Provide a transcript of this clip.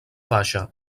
baixa